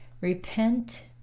repent